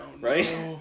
right